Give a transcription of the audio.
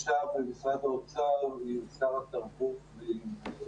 היתה אתמול פגישה של מוסדות התרבות עם שר התרבות ועם שר האוצר.